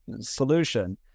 solution